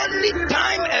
Anytime